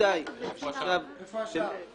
איפה השאר?